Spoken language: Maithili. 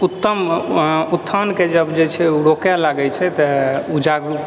उत्तम उत्थानके जब जे छै ओ रोकए लागए छै तब ओ जागरूक